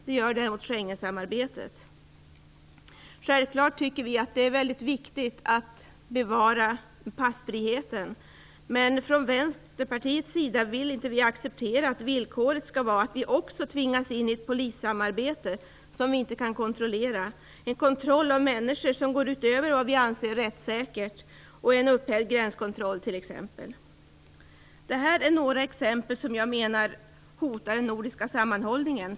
Det gör däremot Schengensamarbetet. Självklart tycker vi att det är väldigt viktigt att bevara passfriheten. Men från Vänsterpartiets sida vill vi inte acceptera att villkoret skall vara att vi också tvingas in i ett polissamarbete som vi inte kan kontrollera. Det skulle t.ex. medföra en kontroll av människor som går utöver vad vi anser vara rättssäkert och en upphävd gränskontroll. Detta är några exempel på saker som jag menar hotar den nordiska sammanhållningen.